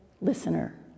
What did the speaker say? listener